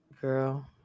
girl